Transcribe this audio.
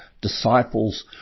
disciples